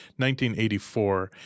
1984